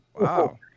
Wow